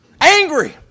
angry